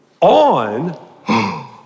on